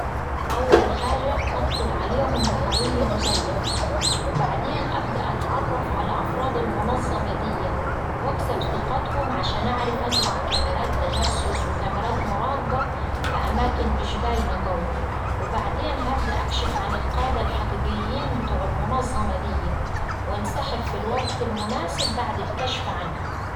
أول حاجة هدخل عليهم بهوية مزيفة وبعدين أبدأ أتعرف على أفراد المنظمة دية وأكسب ثقتهم عشان أعرف أزرع كاميرات تجسس وكاميرات مراقبة في أماكن مش باينة قوي، وبعدين هبدأ أكشف عن القادة الحقيقيين بتوع المنظمة دية وانسحب في الوقت المناسب بعد الكشف عنهم.